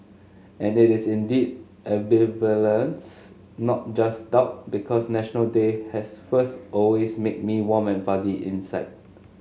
and it is indeed ambivalence not just doubt because National Day has first always made me warm and fuzzy inside